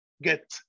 get